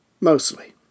Mostly